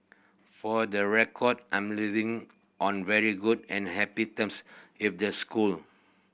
for the record I'm leaving on very good and happy terms with the school